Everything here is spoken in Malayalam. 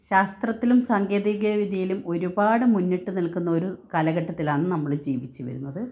ശാസ്ത്രത്തിലും സാങ്കേതിക വിദ്യയിലും ഒരുപാട് മുന്നിട്ട് നിൽക്കുന്ന ഒരു കാലഘട്ടത്തിലാണ് നമ്മൾ ജീവിച്ചുവരുന്നത്